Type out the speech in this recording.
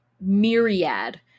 myriad